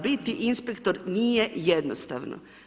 Biti inspektor nije jednostavno.